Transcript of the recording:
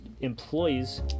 employees